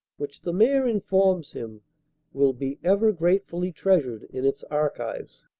which the mayor informs him will be ever gratefully treasured in its archives.